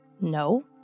no